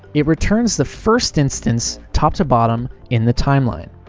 it returns the first instance, top to bottom, in the timeline.